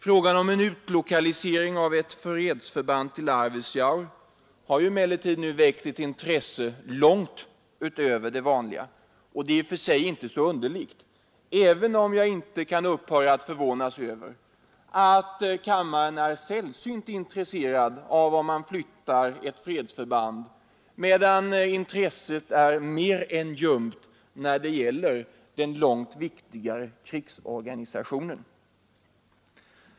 Frågan om en utlokalisering av ett fredsförband till Arvidsjaur har emellertid nu väckt ett intresse långt utöver det vanliga, och det är i och för sig inte så underligt. Ändå kan jag inte upphöra att förvånas över att kammaren är sällsynt intresserad av frågan om att flytta ett fredsförband, medan intresset är mer än ljumt när det gäller den långt väsentligare krigsorganisationen.